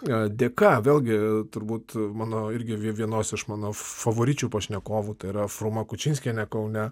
dėka vėlgi turbūt mano irgi vienos iš mano favoričių pašnekovų tai yra fruma kučinskienė kaune